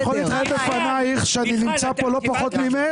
אני יכול להתחייב בפניך שאני נמצא פה לא פחות ממך